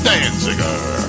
Danziger